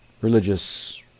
religious